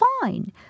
fine